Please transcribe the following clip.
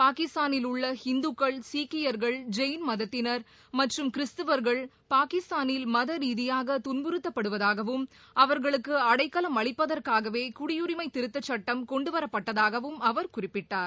பாகிஸ்தானில் உள்ள ஹிந்துக்கள் சீக்கியர்கள் ஜெயிள் மதத்தினர் மற்றும் கிறிஸ்துவர்கள் பாகிஸ்தானில் மத ரீதியாக துன்புறுத்தப்படுவதாகவும் அவர்களுக்கு அடைக்கலம் அளிப்பதற்காகவே குடியுரிமை திருத்தச் சட்டம் கொண்டுவரப் பட்டதாகவும் அவர் குறிப்பிட்டார்